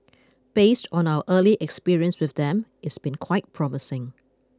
based on our early experience with them it's been quite promising